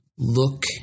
look